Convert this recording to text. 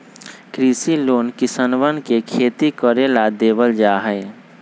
कृषि लोन किसनवन के खेती करे ला देवल जा हई